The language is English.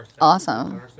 Awesome